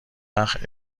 وقت